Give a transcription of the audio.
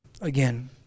again